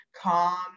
calm